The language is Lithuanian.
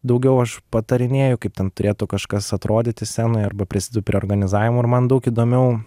daugiau aš patarinėju kaip ten turėtų kažkas atrodyti scenoj arba prisidedu prie organizavimo ir man daug įdomiau